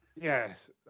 Yes